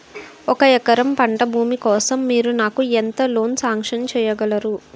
ఒక ఎకరం పంట భూమి కోసం మీరు నాకు ఎంత లోన్ సాంక్షన్ చేయగలరు?